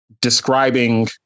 Describing